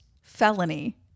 felony